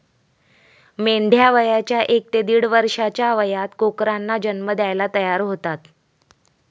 मेंढ्या वयाच्या एक ते दीड वर्षाच्या वयात कोकरांना जन्म द्यायला तयार होतात